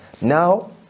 now